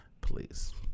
Please